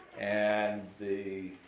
and the